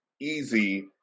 easy